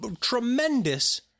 tremendous